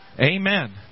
Amen